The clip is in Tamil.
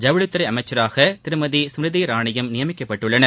ஜவுளித்துறை அமைச்சராக திருமதி ஸ்மிருதி இரானியும் நியமிக்கப்பட்டுள்ளனர்